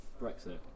brexit